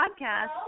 podcast